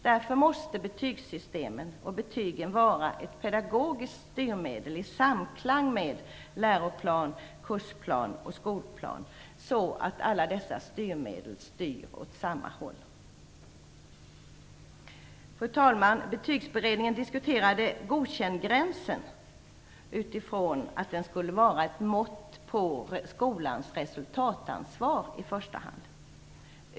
Därför måste betygssystemet och betygen vara ett pedagogiskt styrmedel i samklang med läroplan, kursplan och skolplan, så att alla dessa styrmedel leder mot samma mål. Fru talman! Betygsberedningen diskuterade godkändgränsen utifrån att denna i första hand skulle vara ett mått på skolans resultatansvar.